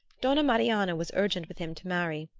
donna marianna was urgent with him to marry,